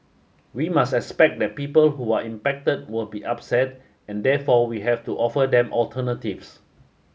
we must expect that people who are impacted will be upset and therefore we have to offer them alternatives